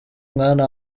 mwana